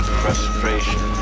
frustration